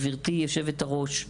גברתי היו"ר,